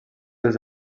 dels